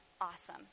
awesome